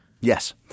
Yes